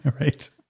Right